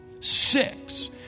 six